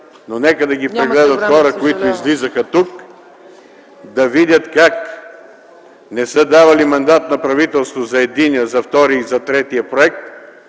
но нека да ги прегледат хора, които излизаха тук - да видят как не са давали мандат на правителство за единия, втория и третия проект